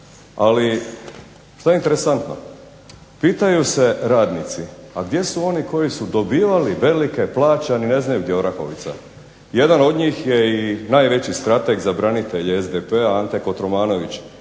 Ali, što je interesantno? Pitaju se radnici, a gdje su oni koji su dobivali velike plaće, a ni ne znaju gdje je Orahovica? Jedan od njih je i najveći strateg za branitelje SDP-a Ante Kotromanović